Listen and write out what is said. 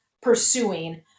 pursuing